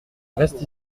reste